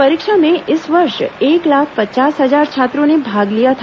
परीक्षा में इस वर्ष एक लाख पचास हजार छात्रों ने भाग लिया था